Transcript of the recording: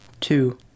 two